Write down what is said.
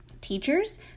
Teachers